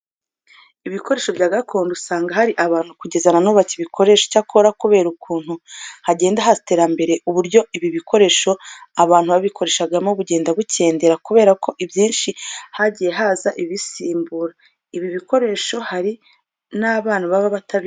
Ibikoresho bya gakondo usanga hari abantu kugeza na n'ubu bakibikoresha. Icyakora kubera ukuntu hagenda haza iterambere, uburyo ibi bikoresho abantu babikoreshagamo bugenda bukendera kubera ko ibyinshi hagiye haza ibibisimbura. Ibi bikoresho hari n'abana baba batabizi.